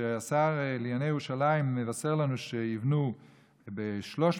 כשהשר לענייני ירושלים מבשר לנו שיבנו ב-360